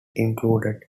included